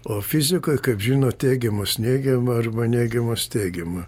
o fizikoj kaip žino teigiamas neigiamą arba neigiamas teigiamą